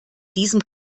diesem